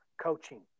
coaching